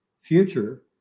future